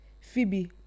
Phoebe